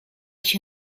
się